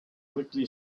quickly